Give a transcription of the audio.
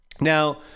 Now